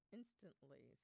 instantly